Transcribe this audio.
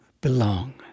belong